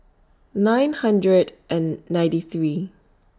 nine hundred and ninety three